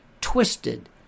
twisted